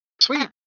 sweet